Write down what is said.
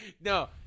No